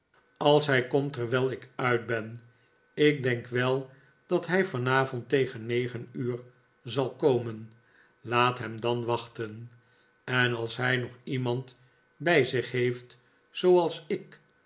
als hij komt terwijl ik uit ben ik denk wel dat hij vanavond tegen negen uur zal komen laat hem dan wachten en als hij nog iemand bij zich heeft zooals ik